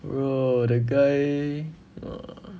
bro that guy err